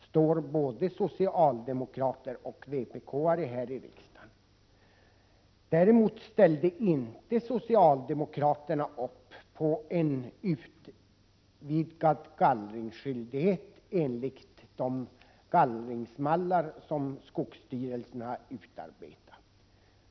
Däremot ställde socialdemokraterna inte upp bakom förslaget om en utvidgad gallringsskyldighet enligt de gallringsmallar som skogsstyrelserna utarbetat.